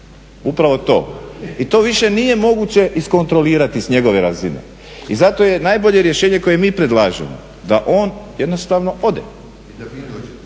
Upravo to. I to više nije moguće iskontrolirati sa njegove razine. I zato je najbolje rješenje koje mi predlažemo da on jednostavno ode